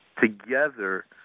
together